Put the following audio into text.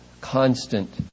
constant